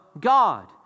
God